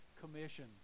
commission